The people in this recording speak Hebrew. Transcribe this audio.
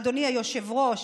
אדוני היושב-ראש,